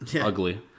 Ugly